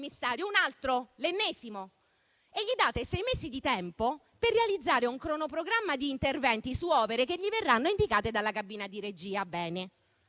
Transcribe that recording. un altro, l'ennesimo - e gli date sei mesi di tempo per realizzare un cronoprogramma di interventi su opere che gli verranno indicate dalla cabina di regia. Bene,